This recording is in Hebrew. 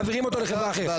מעבירים אותו לחברה אחרת.